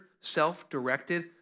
self-directed